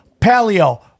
paleo